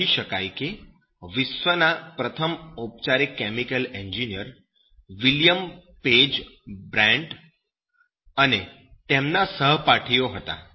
એમ કહી શકાય કે વિશ્વના પ્રથમ ઔપચારિક chemical engineer 'William Page Bryant ' અને તેમના સહપાઠીઓ હતા